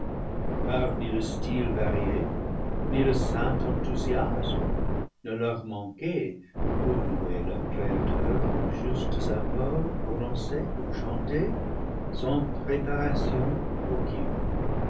car ni le style varié ni le saint enthousiasme ne leur manquait pour louer leur créateur en justes accords prononcés ou chantés sans préparation aucune